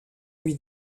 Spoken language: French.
lui